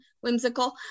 whimsical